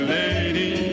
lady